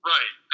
Right